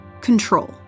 control